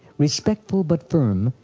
respectful but firm,